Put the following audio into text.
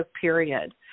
period